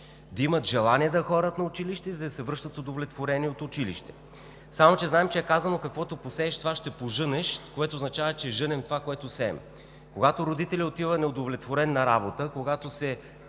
да имат желание да ходят на училище и да се връщат удовлетворени от училище. Само че знаем, че е казано: „каквото посееш, това ще пожънеш“, което означава, че жънем това, което сеем. Когато родителят отива неудовлетворен на работа, когато се